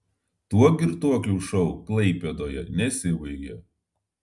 tuo girtuoklių šou klaipėdoje nesibaigė